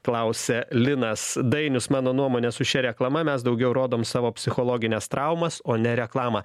klausia linas dainius mano nuomone su šia reklama mes daugiau rodom savo psichologines traumas o ne reklamą